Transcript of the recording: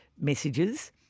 messages